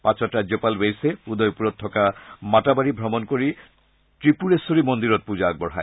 পাছত ৰাজ্যপাল বেইছে উদয়পুৰত থকা মাতাবাৰী ভ্ৰমণ কৰি ব্ৰিপুৰেশ্বৰী মন্দিৰত পূজা আগবঢ়ায়